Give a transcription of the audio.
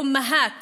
לאימהות